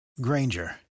Granger